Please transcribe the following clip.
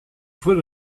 put